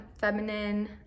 feminine